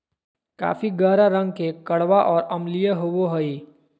coffee गहरा रंग के कड़वा और अम्लीय होबो हइ